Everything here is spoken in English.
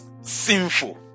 sinful